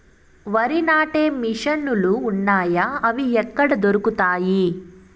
వరి నాటే మిషన్ ను లు వున్నాయా? అవి ఎక్కడ దొరుకుతాయి?